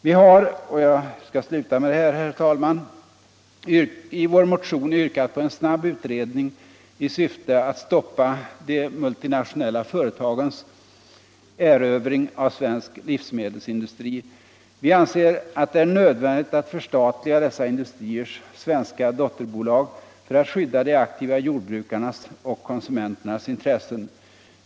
Vi har — och jag skall sluta med det, herr talman — i vår motion yrkat på en snabb utredning i syfte att stoppa de multinationella företagens erövring av svensk livsmedelsindustri. Vi anser att det är nödvändigt att förstatliga dessa industriers svenska dotterbolag för att skydda de aktiva jordbrukarnas och konsumenternas intressen.